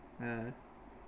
uh